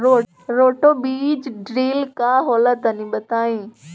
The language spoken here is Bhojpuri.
रोटो बीज ड्रिल का होला तनि बताई?